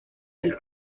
del